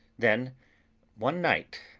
then one night,